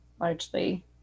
largely